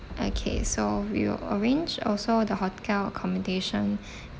okay so we will arrange also the hotel accommodation